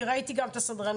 אגב, אני ראיתי גם את הסדרנים.